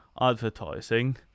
advertising